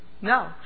no